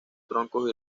troncos